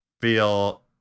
feel